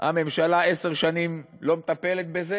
הממשלה לא מטפלת בזה